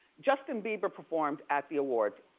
justin bieber performed at the awards.